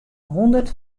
hûndert